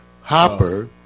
Hopper